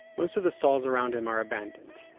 most of the stalls around him are abandoned.